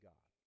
God